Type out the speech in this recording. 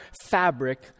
fabric